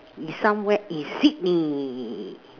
is somewhere in Sydney